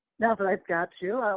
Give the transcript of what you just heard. now that i've got you,